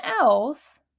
else